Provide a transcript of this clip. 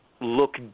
look